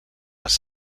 les